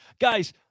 guys